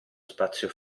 spazio